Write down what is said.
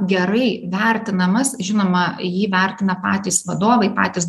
gerai vertinamas žinoma jį vertina patys vadovai patys